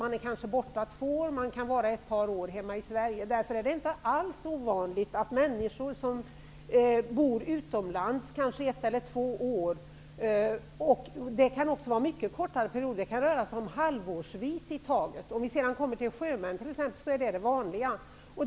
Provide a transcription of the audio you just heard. Man kanske är ute i två år, och sedan kan man vara hemma i Sverige ett par år innan man åker ut igen. Därför är det inte alls ovanligt att människor bor utomlands ett halvt år, ett år eller kanske två år. För sjömän är det t.ex. vanligt med ett halvt år.